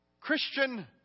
Christian